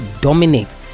dominate